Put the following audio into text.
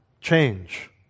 change